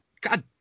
god